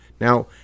Now